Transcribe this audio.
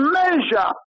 measure